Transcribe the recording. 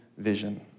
Vision